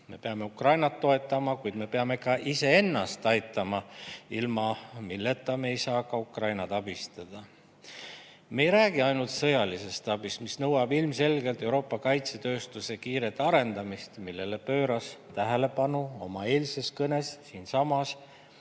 Me peame Ukrainat toetama, kuid me peame ka iseennast aitama, sest ilma selleta ei saa me ka Ukrainat abistada. Me ei räägi ainult sõjalisest abist, mis nõuab ilmselgelt Euroopa kaitsetööstuse kiiret arendamist – sellele pööras tähelepanu oma eilses kõnes siinsamas